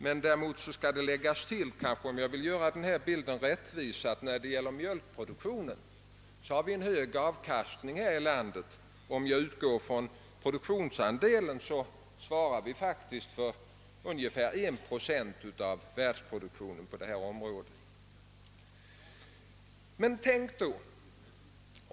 För att denna bild skall bli rättvis bör det dock läggas till att vi har en hög avkastning inom mjölkproduktionen. Vi svarar faktiskt för ungefär en procent av världsproduktionen på detta område.